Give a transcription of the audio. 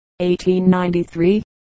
1893